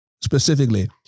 specifically